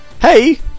Hey